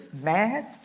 mad